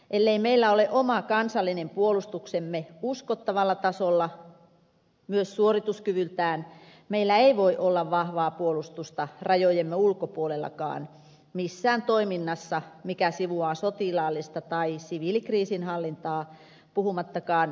ellei meillä ole oma kansallinen puolustuksemme uskottavalla tasolla myös suorituskyvyltään meillä ei voi olla vahvaa puolustusta rajojemme ulkopuolellakaan missään toiminnassa mikä sivuaa sotilaallista tai siviilikriisinhallintaa puhumattakaan kehitysyhteistyöstä